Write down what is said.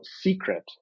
secret